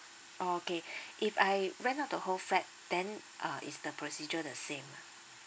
okay if I rent out the whole flat then uh is the procedure the same ah